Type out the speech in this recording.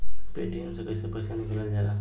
Paytm से कैसे पैसा निकलल जाला?